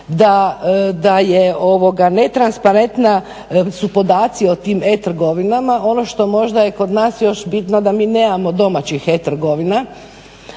da je netransparentna su podaci o tim e-trgovinama, ono što možda je kod nas još bitno da mi nemamo domaćih e-trgovina